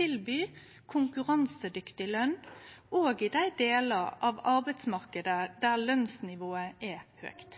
tilby konkurransedyktig løn, òg i dei delar av arbeidsmarknaden der lønsnivået er høgt.